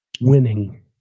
winning